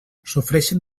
sofreixen